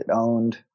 owned